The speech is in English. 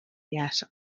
yet